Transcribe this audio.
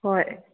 ꯍꯣꯏ